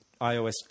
iOS